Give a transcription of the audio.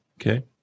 Okay